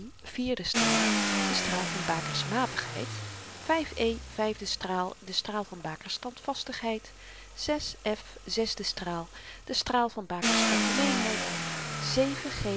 vierde straal de straal van baker's matigheid e vyfde straal de straal van baker's standvastigheid f zesde straal de straal van baker's